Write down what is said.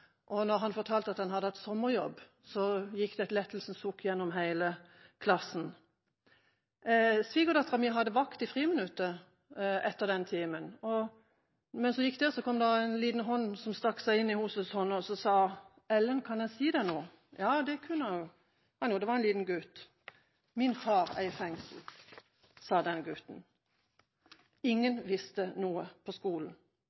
han fortalte at han hadde hatt sommerjobb, gikk det et lettelsens sukk gjennom hele klassen. Min svigerdatter hadde vakt i friminuttet etter den timen, og mens hun gikk der, kom det en liten hånd og stakk seg inn i hennes hånd. Det var en liten gutt som sa: «Ellen, kan jeg si deg noe?» – Ja, det kunne hun. «Min far er i fengsel», sa denne gutten. Ingen på skolen